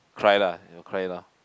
cry lah then cry loh